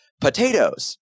potatoes